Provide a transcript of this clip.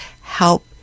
help